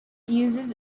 uses